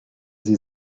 sie